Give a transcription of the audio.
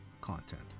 content